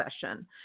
session